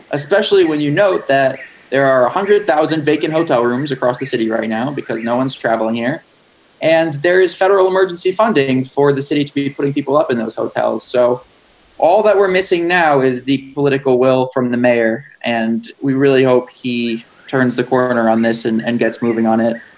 especially when you note that there are one ah hundred thousand vacant hotel rooms across the city right now because no one's traveling here and there is federal emergency funding for the city to be putting people up in those hotels. so all that we're missing now is the political will from the mayor. and we really hope he turns the corner on this and and gets moving on it.